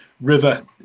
River